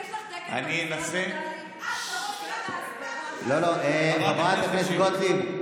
חברת הכנסת גוטליב,